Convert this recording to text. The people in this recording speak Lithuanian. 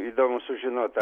įdomu sužinot